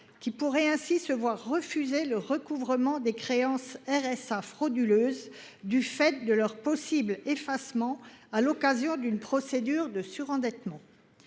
qui pourraient se voir refuser le recouvrement des créances de RSA frauduleuses du fait de leur possible effacement à l’occasion d’une procédure de surendettement.